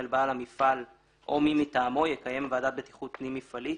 המפעל, יחליט.